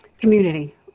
community